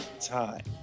time